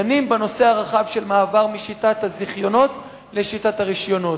דנים בנושא הרחב של מעבר משיטת הזיכיונות לשיטת הרשיונות.